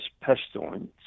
pestilence